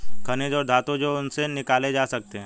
खनिज और धातु जो उनसे निकाले जा सकते हैं